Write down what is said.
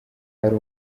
ari